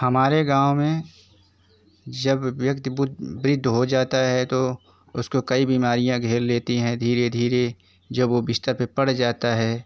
हमारे गाँव में जब व्यक्ति वृद्ध हो जाता हैं तो उसको कई बीमारियाँ घेर लेती हैं धीरे धीरे जब वो बिस्तर पर पड़ जाता है